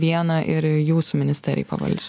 vieną ir jūsų ministerijai pavaldžią